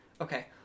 Okay